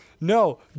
no